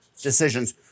decisions